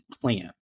plan